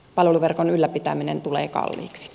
palveluverkon ylläpitäminen tulee kalliiksi